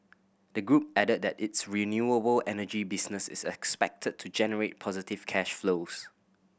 the group added that its renewable energy business is expected to generate positive cash flows